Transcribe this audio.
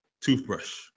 toothbrush